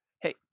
hey